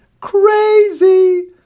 Crazy